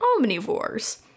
omnivores